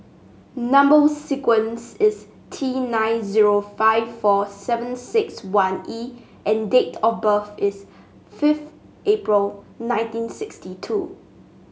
number sequence is T nine zero five four seven six one E and date of birth is fifth April nineteen sixty two